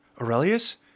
Aurelius